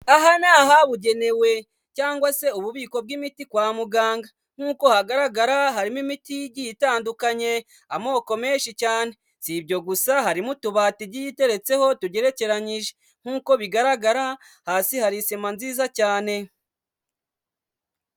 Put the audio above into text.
Aha ni ahabugenewe cyangwa se ububiko bw'imiti kwa muganga, nk'uko hagaragara harimo imiti igiye itandukanye amoko menshi cyane. Si ibyo gusa harimo utubati igiye iteretseho tugerekeranyije, nk'uko bigaragara hasi hari isima nziza cyane.